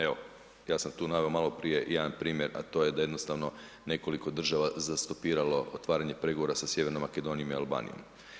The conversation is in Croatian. Evo, ja sam tu naveo maloprije jedan primjer, a to je da jednostavno nekoliko država zastopiralo otvaranje pregovora sa Sjevernom Makedonijom i Albanijom.